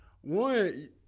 One